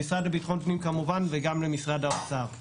וכמובן למשרד לביטחון הפנים,